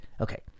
Okay